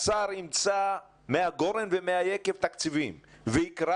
השר ימצא מהגורן ומהיקב תקציבים ויקרא